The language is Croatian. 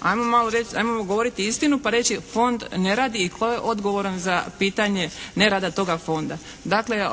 Ajmo govoriti istinu pa reći istinu fond ne radi. Tko je odgovoran za pitanje nerada toga fonda? Dakle,